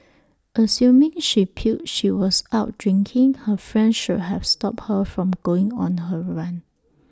assuming she puked she was out drinking her friend should have stopped her from going on her rant